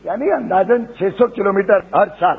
यानि अंदाजन छह सौ किलोमीटर हर साल